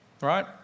Right